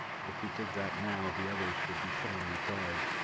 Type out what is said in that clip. but if we did that now, the others would be put on their guard.